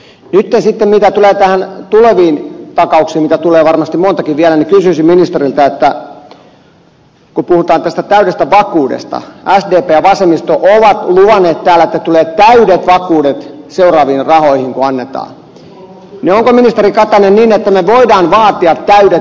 nyt sitten mitä tulee näihin tuleviin takauksiin joita tulee varmasti montakin vielä kysyisin ministeriltä että kun puhutaan tästä täydestä vakuudesta sdp ja vasemmisto ovat luvanneet täällä että tulee täydet vakuudet seuraaviin rahoihin kun ne annetaan niin onko ministeri katainen niin että me voimme vaatia täydet vakuudet